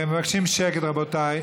מבקשים שקט, רבותיי.